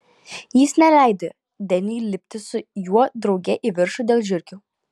jis neleido deniui lipti su juo drauge į viršų dėl žiurkių